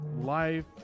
life